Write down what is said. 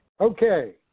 Okay